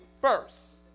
first